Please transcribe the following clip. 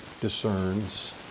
discerns